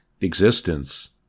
existence